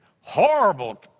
horrible